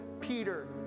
Peter